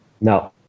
No